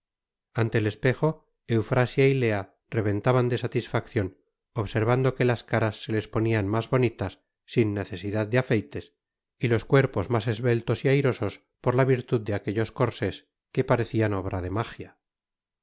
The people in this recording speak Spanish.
ante el espejo eufrasia y lea reventaban de satisfacción observando que las caras se les ponían más bonitas sin necesidad de afeites y los cuerpos más esbeltos y airosos por la virtud de aquellos corsés que parecían obra de magia